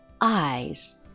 Eyes